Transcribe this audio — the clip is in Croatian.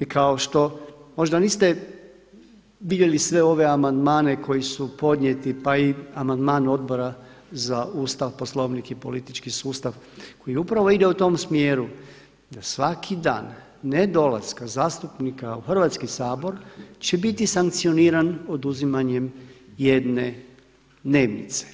I kao što možda niste vidjeli sve ove amandmane koji su podnijeti pa i amandman Odbora za Ustav, Poslovnik i politički sustav koji upravo ide u tom smjeru da svaki dan ne dolaska zastupnika u Hrvatski sabor će biti sankcioniran oduzimanjem jedne dnevnice